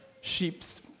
sheep's